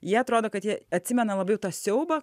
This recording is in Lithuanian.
jie atrodo kad jie atsimena labiau tą siaubą